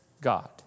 God